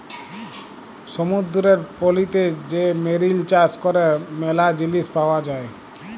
সমুদ্দুরের পলিতে যে মেরিল চাষ ক্যরে ম্যালা জিলিস পাওয়া যায়